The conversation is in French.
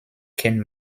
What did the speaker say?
ken